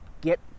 get